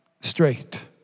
straight